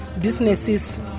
businesses